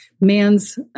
Man's